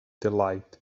delight